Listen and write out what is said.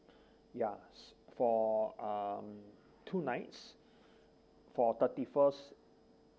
ya for um two nights for thirty first